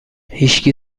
هیشکی